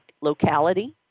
locality